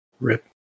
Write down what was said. Rip